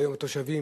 התושבים,